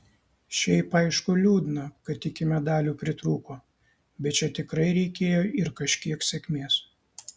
šiaip aišku liūdna kad iki medalių pritrūko bet čia tikrai reikėjo ir kažkiek sėkmės